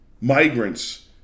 migrants